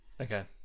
Okay